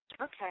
Okay